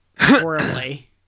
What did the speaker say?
horribly